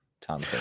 Tom